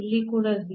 ಇಲ್ಲಿ ಕೂಡ 0